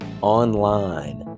online